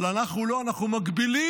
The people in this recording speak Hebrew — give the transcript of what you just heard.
אבל אנחנו לא, אנחנו מגבילים.